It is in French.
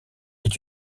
est